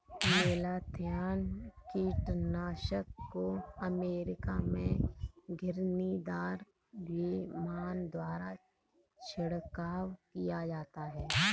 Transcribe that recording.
malathion कीटनाशक को America में घिरनीदार विमान द्वारा छिड़काव किया जाता है